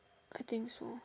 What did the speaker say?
I think so